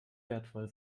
wertvoll